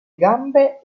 gambe